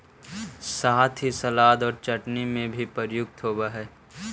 साथ ही सलाद और चटनी में भी प्रयुक्त होवअ हई